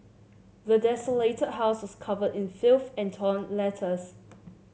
the desolated house was covered in filth and torn letters